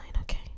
okay